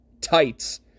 tights